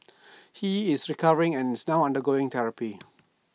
he is recovering and is now undergoing therapy